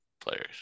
players